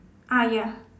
ah ya